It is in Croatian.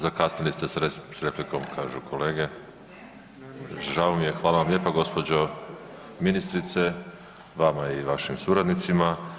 Zakasnili ste s replikom kažu kolege, žao mi je, hvala vam lijepo gđo. ministrice, vama i vašim suradnicima.